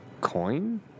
coin